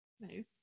Nice